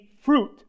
fruit